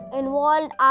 involved